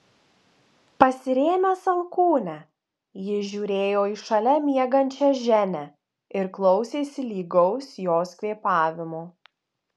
pasirėmęs alkūne jis žiūrėjo į šalia miegančią ženią ir klausėsi lygaus jos kvėpavimo